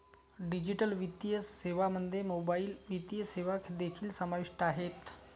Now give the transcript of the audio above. digital वित्तीय सेवांमध्ये mobile वित्तीय सेवा देखील समाविष्ट आहेत